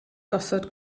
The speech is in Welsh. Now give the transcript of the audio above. gosod